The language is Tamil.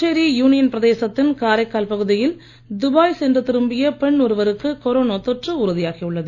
புதுச்சேரி யூனியன் பிரதேசத்தின் காரைக்கால் பகுதியில் துபாய் சென்று திரும்பிய பெண் ஒருவருக்கு கொரோனா தொற்று உறுதியாகி உள்ளது